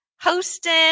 hosting